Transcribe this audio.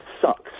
sucks